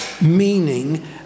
meaning